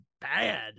bad